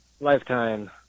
lifetime